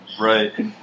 Right